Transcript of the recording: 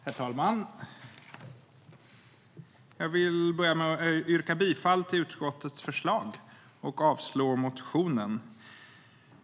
Herr talman! Jag vill börja med att yrka bifall till utskottets förslag och avslag på motionen.